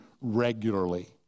regularly